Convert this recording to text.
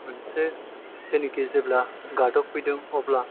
मोनसे जेनाखि गादबफैदों अब्ला